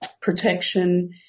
protection